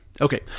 Okay